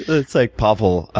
it's like papel,